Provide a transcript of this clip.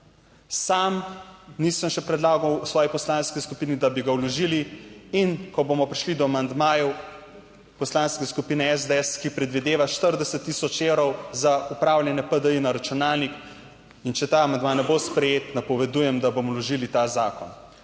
Sam, nisem še predlagal svoji poslanski skupini, da bi ga vložili in ko bomo prišli do amandmajev Poslanske skupine SDS, ki predvideva 40 tisoč evrov za upravljanje PDI na računalnik in če ta amandma ne bo sprejet napovedujem, da bomo vložili ta zakon.